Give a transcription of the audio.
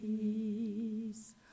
peace